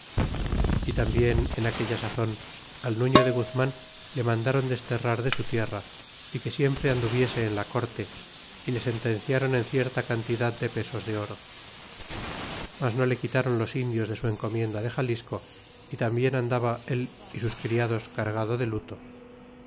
y tambien en aquella sazon al nuño de guzman le mandaron desterrar de su tierra y que siempre anduviese en la corte y le sentenciaron en cierta cantidad de pesos de oro mas no le quitaron los indios de su encomienda de xalisco y tambien andaba él y sus criados cargado de luto